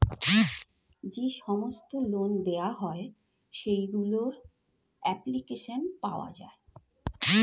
যে সমস্ত লোন দেওয়া হয় সেগুলোর অ্যাপ্লিকেশন পাওয়া যায়